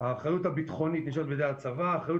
האחריות הביטחונית נשארת בידי הצבא והאחריות